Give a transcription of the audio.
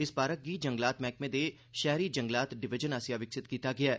इस पार्क गी जंगलात मैह्कमे दे शैह्री जंगलात डिवीजन आसेआ विकसित कीता गेआ ऐ